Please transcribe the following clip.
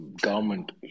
Government